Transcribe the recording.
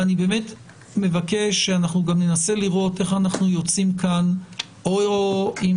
אני מבקש שננסה לראות איך אנחנו יוצאים כאן או עם